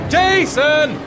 Jason